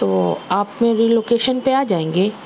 تو آپ میری لوکیشن پہ آ جائیں گے